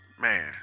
man